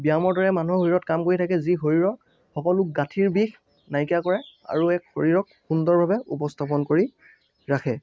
ব্যায়ামৰ দৰে মানুহৰ শৰীৰত কাম কৰি থাকে যি শৰীৰৰ সকলো গাঁঠিৰ বিষ নাইকিয়া কৰে আৰু এক শৰীৰক সুন্দৰভাৱে উপস্থাপন কৰি ৰাখে